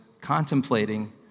contemplating